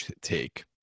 take